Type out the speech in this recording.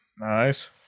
Nice